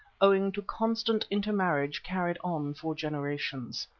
owing to constant intermarriage carried on for generations.